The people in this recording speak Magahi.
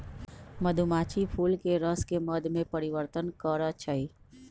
मधुमाछी फूलके रसके मध में परिवर्तन करछइ